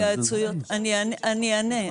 אני אענה.